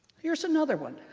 here's another one,